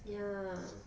ya